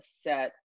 set